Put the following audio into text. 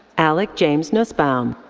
alec james nussbaum.